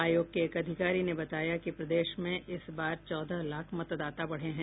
आयोग के एक अधिकारी ने बताया कि प्रदेश में इस बार चौदह लाख मतदाता बढ़े हैं